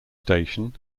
station